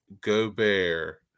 Gobert